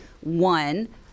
one